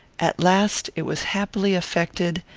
at last it was happily effected,